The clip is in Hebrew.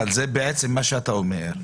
מה שאתה אומר,